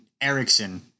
Erickson